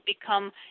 become